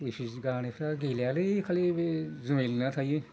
एसे दानिफ्रा गेलेयालै खालि बे जुमाय लोंना थायो